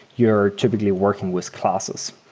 you are typically working with classes.